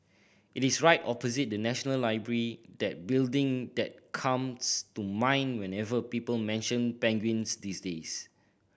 it is right opposite the National Library that building that comes to mind whenever people mention penguins these days